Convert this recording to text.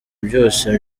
byose